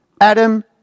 Adam